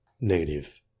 negative